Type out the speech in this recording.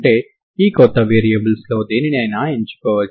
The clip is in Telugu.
దానికి బదులుగా శక్తి కన్సర్వ్ అయిందని నేను తెలుసుకోగలిగాను